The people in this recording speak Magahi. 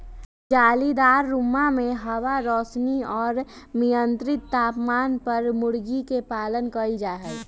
जालीदार रुम्मा में हवा, रौशनी और मियन्त्रित तापमान पर मूर्गी के पालन कइल जाहई